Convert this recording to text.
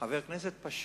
חבר כנסת פשוט,